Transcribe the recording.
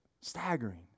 staggering